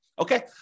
Okay